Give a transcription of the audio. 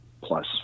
plus